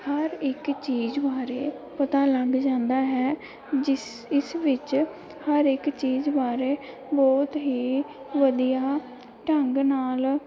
ਹਰ ਇੱਕ ਚੀਜ਼ ਬਾਰੇ ਪਤਾ ਲੱਗ ਜਾਦਾ ਹੈ ਜਿਸ ਇਸ ਵਿੱਚ ਹਰ ਇੱਕ ਚੀਜ਼ ਬਾਰੇ ਬਹੁਤ ਹੀ ਵਧੀਆ ਢੰਗ ਨਾਲ